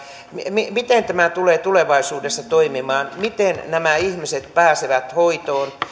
miten tämä tulee tulevaisuudessa toimimaan miten nämä ihmiset pääsevät hoitoon